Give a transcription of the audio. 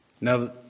Now